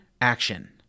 Action